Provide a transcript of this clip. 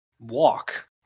walk